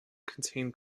contain